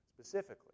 specifically